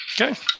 Okay